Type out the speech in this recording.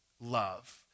love